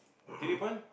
T_V point